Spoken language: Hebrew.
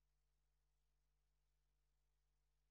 מתכבדת להודיעכם, כי